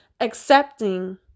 accepting